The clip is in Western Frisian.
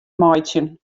meitsjen